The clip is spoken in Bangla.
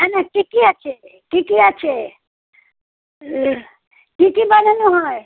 না না কী কী আছে কী কী আছে কী কী বানানো হয়